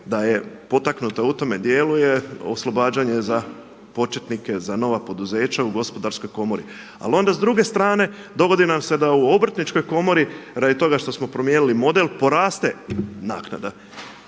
da je potaknuta u tome dijelu je oslobađanje za početnike, za nova poduzeća u gospodarskoj komori. Ali onda s druge strane dogodi nam se da u obrtničkoj komori radi toga što smo promijenili model poraste naknada.